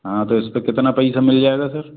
हाँ तो इसपे कितना पैसा मिल जाएगा सर